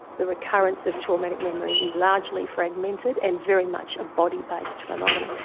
the recurrence of traumatic memory is largely fragmented and very much a body based phenomenon,